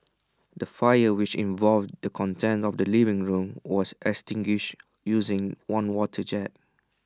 the fire which involved the contents of A living room was extinguished using one water jet